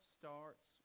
starts